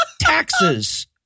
Taxes